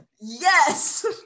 Yes